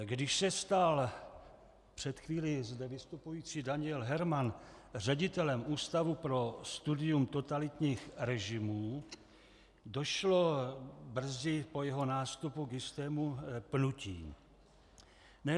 Když se stal před chvílí zde vystupující Daniel Hermann ředitelem Ústavu pro studium totalitních režimů, došlo brzy po jeho nástupu k jistému pnutí.